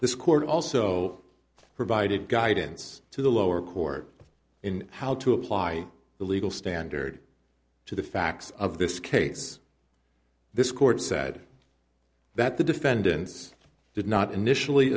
this court also provided guidance to the lower court in how to apply the legal standard to the facts of this case this court said that the defendants did not initially